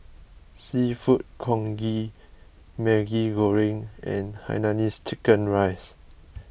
Seafood Congee Maggi Goreng and Hainanese Chicken Rice